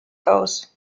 aus